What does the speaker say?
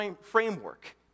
framework